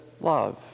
love